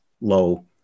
low